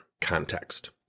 context